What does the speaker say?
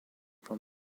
from